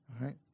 Right